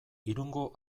irungo